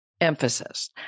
emphasis